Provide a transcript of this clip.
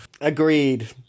Agreed